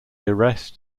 arrest